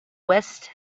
west